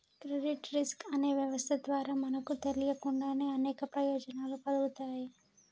credit risk అనే వ్యవస్థ ద్వారా మనకు తెలియకుండానే అనేక ప్రయోజనాలు కల్గుతాయి